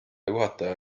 juhataja